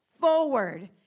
forward